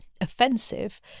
offensive